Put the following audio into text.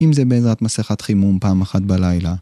אם זה בעזרת מסכת חימום פעם אחת בלילה.